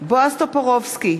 בועז טופורובסקי,